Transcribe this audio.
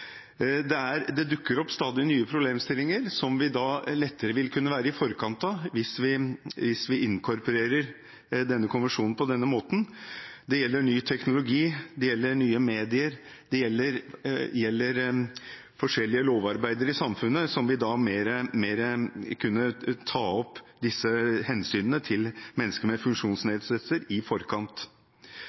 forkant av hvis vi inkorporerer denne konvensjonen på denne måten. Det gjelder ny teknologi, det gjelder nye medier, og det gjelder forskjellige lovarbeider i samfunnet, der vi da lettere kan ta opp hensynene til mennesker med funksjonsnedsettelser i forkant.